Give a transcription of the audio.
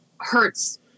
hurts